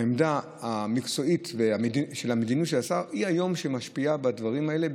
העמדה המקצועית של המדיניות של השר היא שמשפיעה היום בדברים האלה,